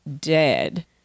dead